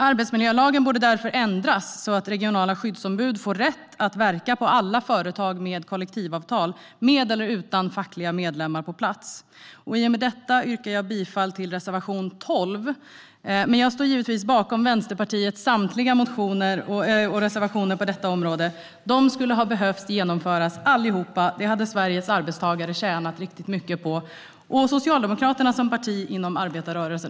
Arbetsmiljölagen borde därför ändras så att regionala skyddsombud får rätt att verka på alla företag med kollektivavtal med eller utan fackliga medlemmar på plats. I och med detta yrkar jag bifall till reservation 12, men jag står givetvis bakom Vänsterpartiets samtliga motioner och reservationer på detta område. De skulle ha behövt genomföras allihop. Det hade Sveriges arbetstagare tjänat riktigt mycket på, och antagligen också Socialdemokraterna som parti inom arbetarrörelsen.